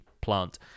plant